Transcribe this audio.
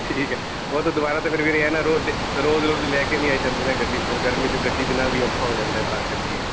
ਠੀਕ ਹੈ ਉਹ ਤਾਂ ਦੁਬਾਰਾ ਅਤੇ ਫਿਰ ਵੀਰੇ ਐਂ ਨਾ ਰੋਜ਼ ਡੇ ਰੋਜ਼ ਰੋਜ਼ ਲੈ ਕੇ ਨਹੀਂ ਆਈ ਜਾਂਦੀ ਨਾ ਗੱਡੀ ਫਿਰ ਗਰਮੀ ਤਾਂ ਗੱਡੀ ਬਿਨਾਂ ਵੀ ਔਖਾ ਹੋ ਜਾਂਦਾ ਤਾਂ ਕਰਕੇ